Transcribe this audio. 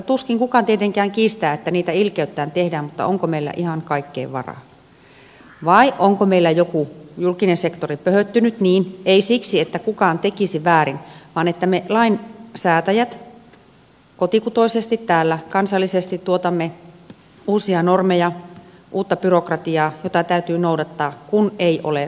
tuskin kukaan tietenkään niitä ilkeyttään haluaa mutta onko meillä ihan kaikkeen varaa vai onko meillä joku julkinen sektori pöhöttynyt ei siksi että kukaan tekisi väärin vaan siksi että me lainsäätäjät täällä kotikutoisesti kansallisesti tuotamme uusia normeja uutta byrokratiaa jota täytyy noudattaa kun ei ole varaa